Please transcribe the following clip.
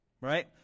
right